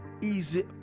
easy